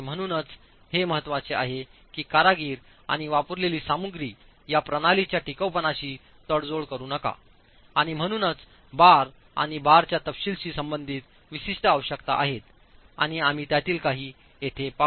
म्हणूनच हे महत्वाचे आहे की कारागीर आणि वापरलेली सामग्री या प्रणालींच्या टिकाऊपणाशी तडजोड करू नका आणि म्हणूनचबार आणि बारच्या तपशीलाशी संबंधितविशिष्ट आवश्यकता आहेतआणि आम्ही त्यातील काही येथे पाहू